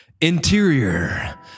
Interior